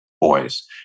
boys